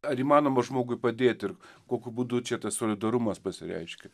ar įmanoma žmogui padėti ir kokiu būdu čia tas solidarumas pasireiškia